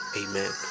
amen